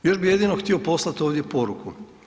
Još bi jedino htio poslat ovdje poruku.